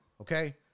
okay